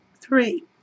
Three